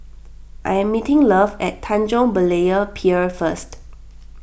I am meeting Love at Tanjong Berlayer Pier first